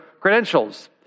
credentials